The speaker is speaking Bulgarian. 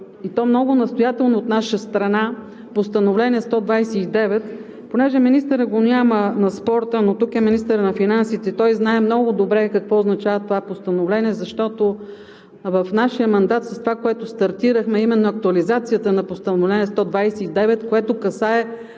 и то много настоятелно от наша страна, Постановление № 129. Понеже министърът на спорта го няма, но тук е министърът на финансите, той знае много добре какво означава това постановление. В нашия мандат с това, което стартирахме, именно актуализацията на Постановление № 129, което касае